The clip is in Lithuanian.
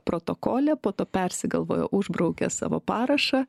protokole po to persigalvojo užbraukė savo parašą